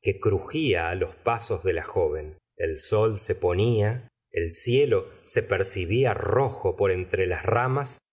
que crugla los pasos de la joven el sol se ponía el cielo se percibía rojo por entre las ramas